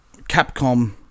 Capcom